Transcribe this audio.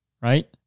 Right